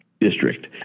district